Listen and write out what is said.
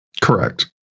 Correct